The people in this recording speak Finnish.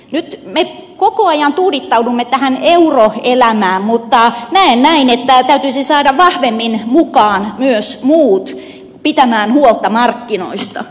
nyt me koko ajan tuudittaudumme tähän euroelämään mutta näen näin että täytyisi saada vahvemmin mukaan myös muut pitämään huolta markkinoista